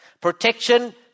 Protection